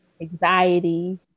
anxiety